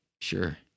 Sure